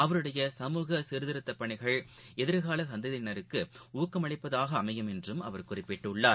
அவருடைய சமூக சீர்திருத்தப் பணிகள் எதிர்காலசந்ததியினருக்குணக்கமளிப்பதாகஅமையும் என்றும் அவர் குறிப்பிட்டுள்ளார்